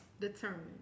determined